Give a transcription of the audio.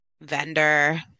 Vendor